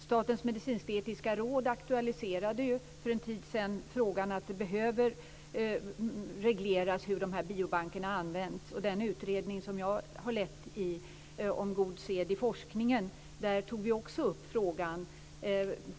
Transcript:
Statens medicinsketiska råd aktualiserade ju för en tid sedan frågan om behovet av en reglering av hur biobankerna används. I den utredning som jag har lett om god sed i forskningen tog vi också upp frågan.